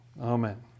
Amen